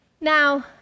Now